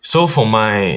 so for my